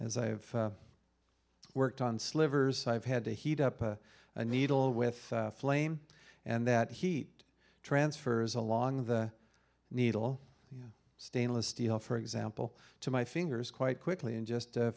as i've worked on slivers i've had to heat up a needle with flame and that heat transfers along the needle stainless steel for example to my fingers quite quickly in just a